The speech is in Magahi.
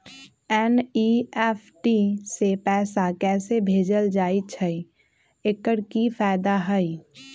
एन.ई.एफ.टी से पैसा कैसे भेजल जाइछइ? एकर की फायदा हई?